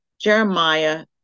Jeremiah